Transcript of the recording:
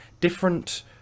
different